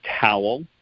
towel